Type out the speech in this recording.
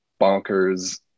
bonkers